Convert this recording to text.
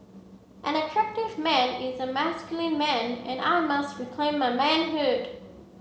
an attractive man is a masculine man and I must reclaim my manhood